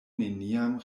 neniam